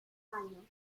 año